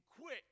quit